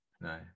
no